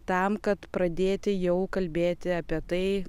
tam kad pradėti jau kalbėti apie tai